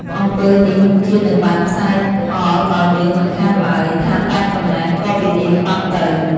អំពើនេះមុខជានឹងបានផ្សាយផលដល់យើងមិនខានឡើយ” ថាតែប៉ុណ្ណេះ ក៏វិនាសបាត់ទៅ ។